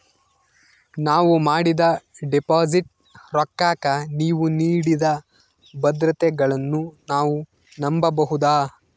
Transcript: ನಾವು ಮಾಡಿದ ಡಿಪಾಜಿಟ್ ರೊಕ್ಕಕ್ಕ ನೀವು ನೀಡಿದ ಭದ್ರತೆಗಳನ್ನು ನಾವು ನಂಬಬಹುದಾ?